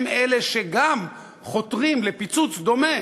הם אלה שגם חותרים לפיצוץ דומה